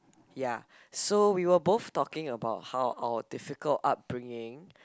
ya so we were both talking about how our difficult upbringing